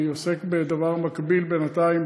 אני עוסק בדבר מקביל בינתיים,